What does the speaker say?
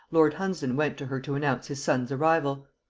lord hunsdon went to her to announce his son's arrival.